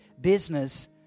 business